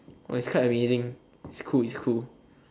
but it's quite amazing it's cool it's cool